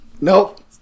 Nope